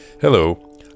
Hello